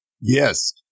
Yes